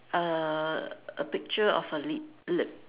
uh a picture of a lip lip